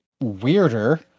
weirder